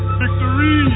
victory